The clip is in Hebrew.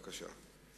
בבקשה.